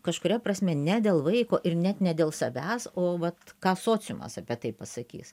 kažkuria prasme ne dėl vaiko ir net ne dėl savęs o vat ką sociumas apie tai pasakys